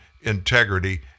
integrity